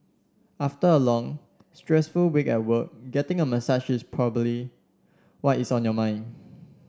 after a long stressful week at work getting a massage is probably what is on your mind